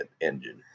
engine